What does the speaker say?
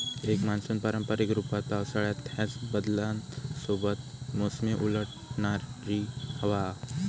एक मान्सून पारंपारिक रूपात पावसाळ्यात ह्याच बदलांसोबत मोसमी उलटवणारी हवा हा